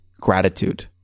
gratitude